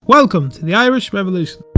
welcome to the irish revolution!